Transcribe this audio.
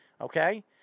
Okay